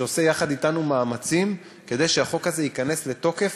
שעושה יחד אתנו מאמצים כדי שהחוק הזה ייכנס לתוקף